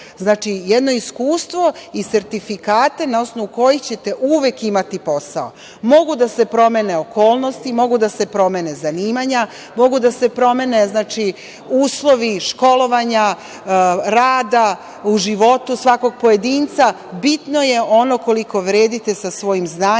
Znači, jedno iskustvo i sertifikate na osnovu kojih ćete uvek imati posao. Mogu da se promene okolnosti, mogu da se promene zanimanja, mogu da se promene uslovi školovanja, rada, u životu svakog pojedinca, bitno je ono koliko vredite sa svojim znanjem,